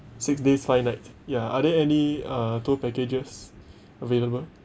six days five nights ya are there any uh tour packages available